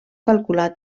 calcular